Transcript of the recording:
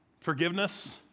Forgiveness